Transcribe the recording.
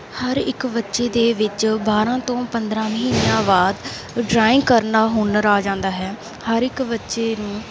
ਹਰ ਇੱਕ ਬੱਚੇ ਦੇ ਵਿੱਚ ਬਾਰਾਂ ਤੋਂ ਪੰਦਰਾਂ ਮਹੀਨਿਆਂ ਬਾਅਦ ਡਰਾਇੰਗ ਕਰਨਾ ਹੁਨਰ ਆ ਜਾਂਦਾ ਹੈ ਹਰ ਇੱਕ ਬੱਚੇ ਨੂੰ